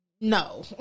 No